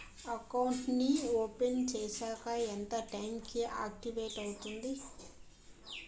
Account నీ open చేశాక ఎంత టైం కి ఆక్టివేట్ అవుతుంది?